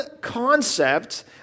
concept